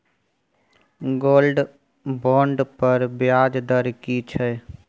Gold bond पर ब्याज दर की छै?